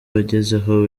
wagezeho